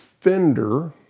Fender